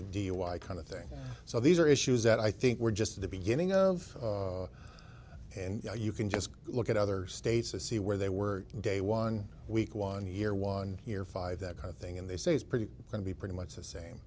dui kind of thing so these are issues that i think we're just at the beginning of and you can just look at other states to see where they were day one week one year one year five that kind of thing and they say it's pretty going to be pretty much the same